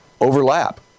overlap